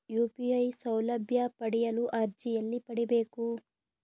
UPI ಸೌಲಭ್ಯ ಪಡೆಯಲು ಅರ್ಜಿ ಎಲ್ಲಿ ಪಡಿಬೇಕು?